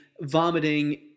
vomiting